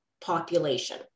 population